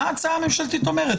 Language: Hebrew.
מה ההצעה הממשלתית אומרת?